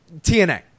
tna